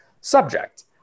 subject